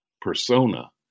persona